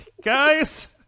Guys